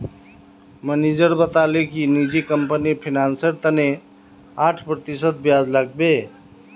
manager बताले कि निजी फिनांसेर तने आठ प्रतिशत ब्याज लागबे